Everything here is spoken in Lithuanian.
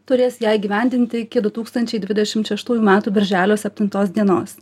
turės ją įgyvendinti iki du tūkstančiai dvidešim šeštųjų metų birželio septintos dienos